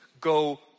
go